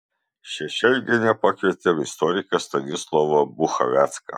šešelgienė pakvietė istoriką stanislovą buchavecką